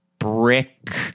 Brick